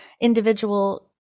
individual